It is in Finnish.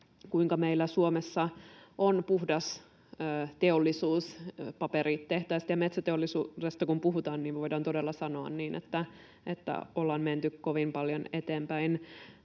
kuinka meillä Suomessa on puhdas teollisuus. Paperitehtaista ja metsäteollisuudesta kun puhutaan, niin me voidaan todella sanoa niin, että ollaan menty kovin paljon eteenpäin.